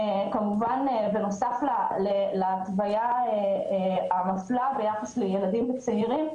בנוסף להתוויה המפלה ביחס לילדים ולצעירים,